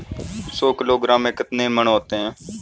सौ किलोग्राम में कितने मण होते हैं?